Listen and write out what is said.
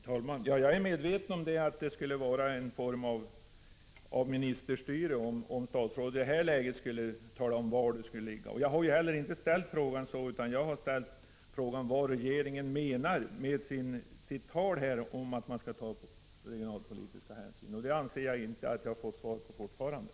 Herr talman! Jag är medveten om att det skulle betraktas som en form av ministerstyre om statsrådet i det här läget skulle tala om var myndigheterna skall ligga. Jag har heller inte ställt frågan så. Jag har frågat vad regeringen menar med talet om regionalpolitiska hänsyn. Den frågan anser jag fortfarande att jag inte har fått svar på.